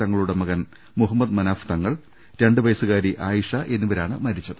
തങ്ങളുടെ മകൻ മുഹ മ്മദ് മനാഫ് തങ്ങൾ രണ്ടുവയസ്സുകാരി ആയിഷ എന്നിവരാണ് മരിച്ചത്